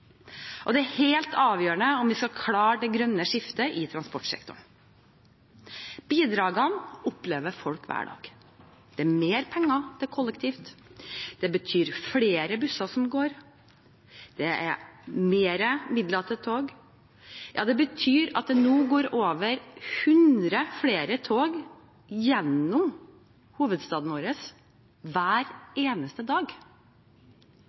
skolen. Det er helt avgjørende for om vi skal klare det grønne skiftet i transportsektoren. Bidragene opplever folk hver dag. Mer penger til kollektivtransport betyr flere busser som går. Mer midler til tog betyr at det nå går over 100 flere tog gjennom hovedstaden vår hver eneste dag